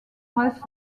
bresse